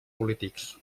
polítics